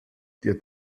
dir